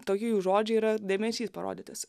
tokie jų žodžiai yra dėmesys parodytas